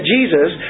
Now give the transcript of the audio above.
Jesus